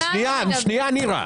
אבל אמרנו --- שניה, נירה.